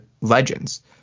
legends